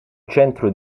centro